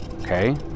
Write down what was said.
Okay